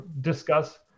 discuss